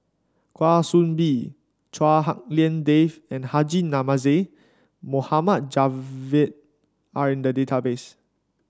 Kwa Soon Bee Chua Hak Lien Dave and Haji Namazie Mohd Javad are in the database